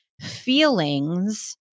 feelings